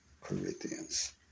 Corinthians